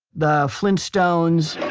the flintstones,